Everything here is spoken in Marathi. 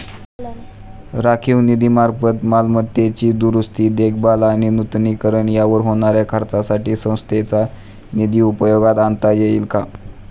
राखीव निधीमार्फत मालमत्तेची दुरुस्ती, देखभाल आणि नूतनीकरण यावर होणाऱ्या खर्चासाठी संस्थेचा निधी उपयोगात आणता येईल का?